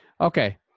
Okay